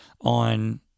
on